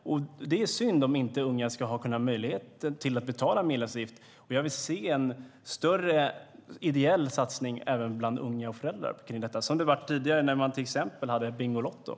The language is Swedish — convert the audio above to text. Och det är synd om inte unga har möjligheten att betala medlemsavgift. Men jag vill se en större ideell satsning även bland unga och föräldrar, som det var tidigare när man till exempel sålde bingolotter.